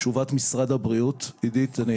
תשובת משרד הבריאות עידית, אני